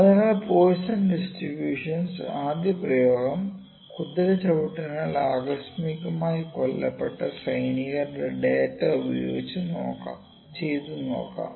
അതിനാൽ Poisson distribution ആദ്യ പ്രയോഗം കുതിര ചവിട്ടിനാൽ ആകസ്മികമായി കൊല്ലപ്പെട്ട സൈനികരുടെ ഡാറ്റാ ഉപയോഗിച്ച് ചെയ്തു നോക്കാം